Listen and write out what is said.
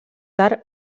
tard